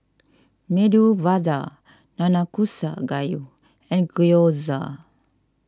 Medu Vada Nanakusa Gayu and Gyoza